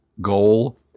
goal